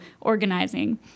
organizing